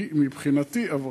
היא מבחינתי עברה.